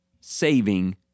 saving